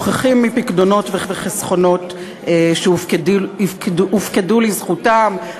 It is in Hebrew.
שוכחים מפיקדונות וחסכונות שהופקדו לזכותם.